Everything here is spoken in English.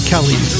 Kelly